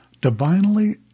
divinely